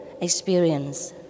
experience